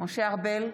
משה ארבל,